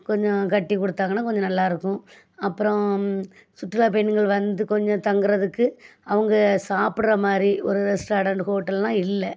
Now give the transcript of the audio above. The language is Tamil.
கொஞ்சம் கட்டிக் கொடுத்தாங்கன்னா கொஞ்சம் நல்லாயிருக்கும் அப்புறோம் சுற்றுலா பயணிகள் வந்து கொஞ்சம் தங்கிறதுக்கு அவங்க சாப்பிட்ற மாதிரி ஒரு ரெஸ்டாரெண்ட் ஹோட்டல்லாம் இல்லை